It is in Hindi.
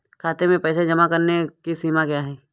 खाते में पैसे जमा करने की सीमा क्या है?